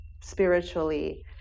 spiritually